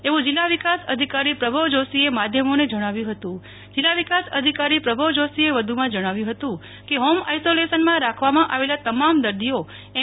એવું જિલ્લા વિકાસ અધિકારી પ્રભવ જોશીએ માધ્યમોને જણાવ્યું હતું જિલ્લા વિકાસ અધિકારી પ્રભવ જોશીએ વધુ માં જણાવ્યું હતું કે હોમ આઈસોલેશનમાં રાખવામાં આવેલા તમામ દર્દીઓ એમ